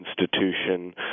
institution